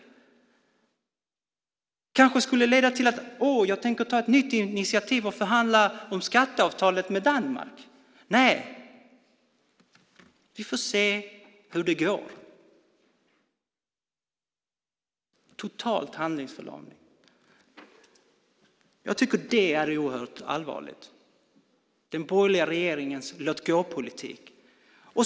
Det kanske skulle kunna leda till: Jag tänker ta ett nytt initiativ och förhandla om skatteavtalet med Danmark. Nej. Vi får se hur det går. Det är en total handlingsförlamning. Jag tycker det är oerhört allvarligt med den borgerliga regeringens låtgåpolitik.